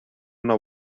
una